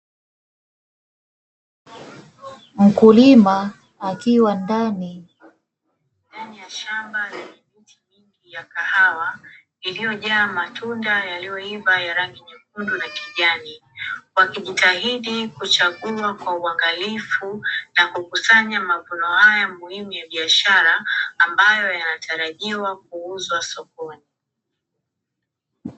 Mkulima akiwa ndani ya shamba lenye miti mingi ya kahawa iliyojaa matunda yaliyoiva ya rangi nyekundu na kijani wakijitahidi kuchagua kwa uangalifu na kukusanya mavuno haya muhimu ya biashara ambayo yanatarajiwa kuuzwa sokoni.